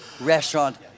restaurant